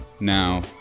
Now